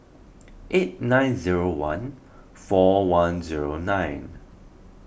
eight nine zero one four one zero nine